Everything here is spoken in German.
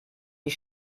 die